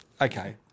okay